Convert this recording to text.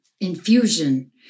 infusion